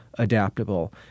adaptable